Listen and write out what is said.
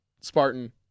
Spartan